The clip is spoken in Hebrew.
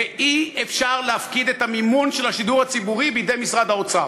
ואי-אפשר להפקיד את המימון של השידור הציבורי בידי משרד האוצר.